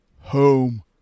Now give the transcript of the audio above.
home